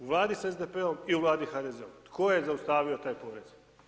U vladi s SDP-om i u vladi d HDZ-om, tko je zaustavio taj porez?